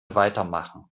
weitermachen